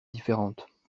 différentes